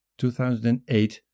2008